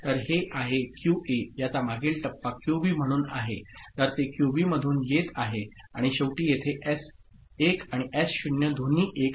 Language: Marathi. तरहेआहे QAयाचामागील टप्पा QB म्हणून आहेतर ते क्यूबी मधून येत आहे आणि शेवटी येथे S1 आणि S0 दोन्ही 1आहे